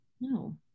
No